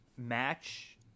match